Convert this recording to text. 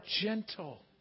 gentle